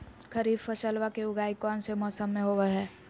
खरीफ फसलवा के उगाई कौन से मौसमा मे होवय है?